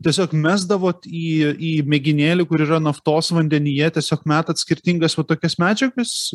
tiesiog mesdavot į į mėginėlį kur yra naftos vandenyje tiesiog metat skirtingas va tokias medžiagas